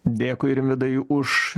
dėkui rimvydai už